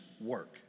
work